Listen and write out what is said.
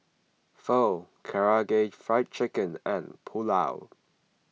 Pho Karaage Fried Chicken and Pulao